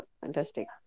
fantastic